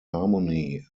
harmony